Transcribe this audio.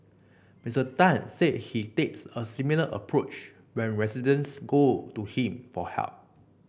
Mister Tan said he takes a similar approach when residents go to him for help